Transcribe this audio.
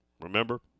remember